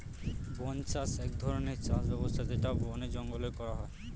বন্য চাষ এক ধরনের চাষ ব্যবস্থা যেটা বনে জঙ্গলে করা হয়